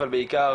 אבל בעיקר